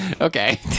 Okay